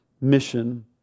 mission